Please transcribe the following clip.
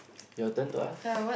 your turn to ask